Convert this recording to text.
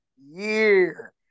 year